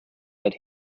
that